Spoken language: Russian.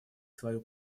свою